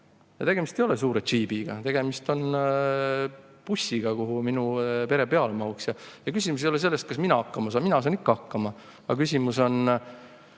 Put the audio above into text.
Tegemist ei ole suure džiibiga, tegemist on bussiga, kuhu minu pere peale mahub. Küsimus ei ole selles, kas mina hakkama saan. Mina saan ikka hakkama, aga küsimus on